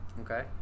Okay